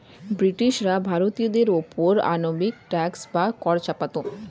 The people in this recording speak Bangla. ব্রিটিশরা ভারতীয়দের ওপর অমানবিক ট্যাক্স বা কর চাপাতো